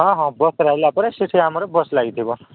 ହଁ ହଁ ବସ୍ ଲାଗିବା ପରେ ସେଠି ଆମର ବସ୍ ଲାଗି ଥିବ